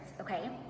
okay